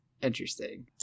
interesting